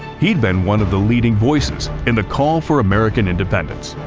he'd been one of the leading voices in the call for american independence.